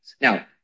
Now